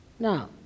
Now